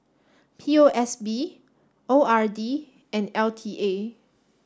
P O S B O R D and L T A